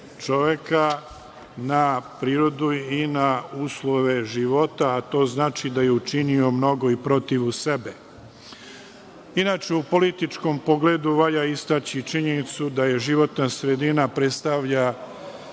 čoveka na prirodu i na uslove života, a to znači da je učinio mnogo i protivu sebe. Inače, u političkom pogledu valja istaći činjenicu da životna sredina predstavlja